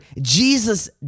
Jesus